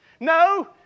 No